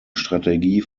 strategie